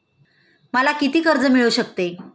मला किती कर्ज मिळू शकते?